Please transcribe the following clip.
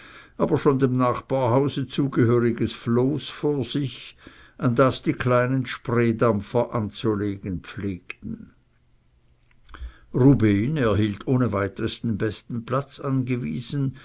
aber schon dem nachbarhause zugehöriges floß vor sich an das die kleinen spreedampfer anzulegen pflegten rubehn erhielt ohne weiteres den besten platz angewiesen